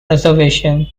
reservation